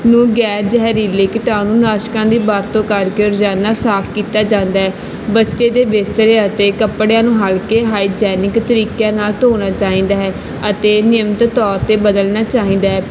ਨੂੰ ਗੈਰ ਜ਼ਹਿਰੀਲੇ ਕੀਟਾਣੂ ਨਾਸ਼ਕਾਂ ਦੀ ਵਰਤੋਂ ਕਰਕੇ ਰੋਜ਼ਾਨਾ ਸਾਫ਼ ਕੀਤਾ ਜਾਂਦਾ ਹੈ ਬੱਚੇ ਦੇ ਬਿਸਤਰੇ ਅਤੇ ਕੱਪੜਿਆਂ ਨੂੰ ਹਲਕੇ ਹਾਈਜੈਨਿਕ ਤਰੀਕਿਆਂ ਨਾਲ ਧੋਣਾ ਚਾਹੀਦਾ ਹੈ ਅਤੇ ਨਿਯਮਤ ਤੌਰ 'ਤੇ ਬਦਲਣਾ ਚਾਹੀਦਾ ਹੈ